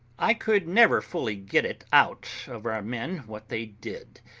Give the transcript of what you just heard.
i could never fully get it out of our men what they did,